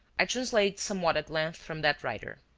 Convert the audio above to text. i translate somewhat at length from that writer.